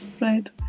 right